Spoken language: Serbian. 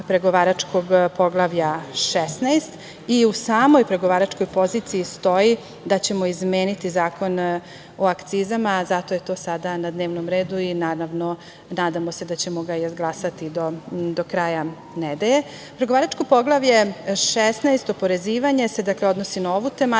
pregovaračkog Poglavlja 16 i u samoj pregovaračkoj poziciji stoji da ćemo izmeniti Zakon o akcizama, zato je to sada na dnevnom redu i naravno nadamo se da ćemo ga izglasati do kraja nedelje. Pregovaračko poglavlje 16, oporezivanje se, dakle odnosi na ovu tematiku.